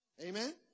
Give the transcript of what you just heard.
Amen